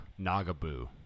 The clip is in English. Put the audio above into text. Nagaboo